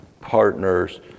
partners